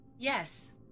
Yes